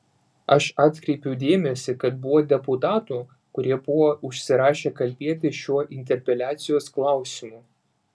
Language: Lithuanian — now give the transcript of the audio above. aš atkreipiu dėmesį kad buvo deputatų kurie buvo užsirašę kalbėti šiuo interpeliacijos klausimu